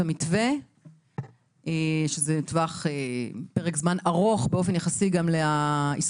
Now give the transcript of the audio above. דבר נוסף שהיה במתווה שהוצע וגרם לנו להרים דגל